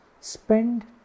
Spend